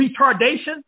retardation